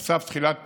על סף תחילת פעילות,